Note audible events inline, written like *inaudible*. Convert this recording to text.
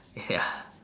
*laughs* ya